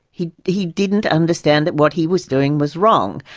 he he didn't understand that what he was doing was wrong,